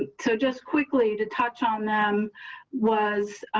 ah so just quickly to touch on them was